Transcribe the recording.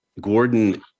Gordon